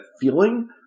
feeling